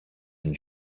and